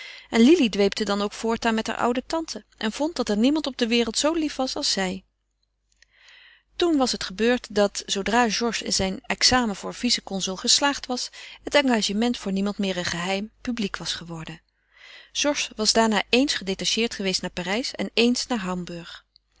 en lili dweepte dan ook voortaan met hare oude tante en vond dat er niemand op de wereld zoo lief was als zij toen was het gebeurd dat zoodra georges in zijn examen voor vice consul geslaagd was het engagement voor niemand meer een geheim publiek was geworden georges was daarna éens gedetacheerd geweest naar parijs en éens naar hamburg